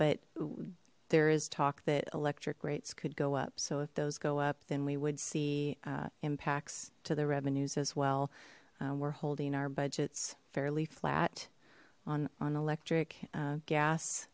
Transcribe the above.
but there is talk that electric rates could go up so if those go up then we would see impacts to the revenues as well we're holding our budgets fairly flat on on electric